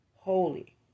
Holy